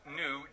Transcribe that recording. new